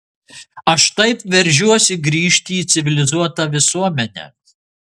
aš taip veržiuosi grįžti į civilizuotą visuomenę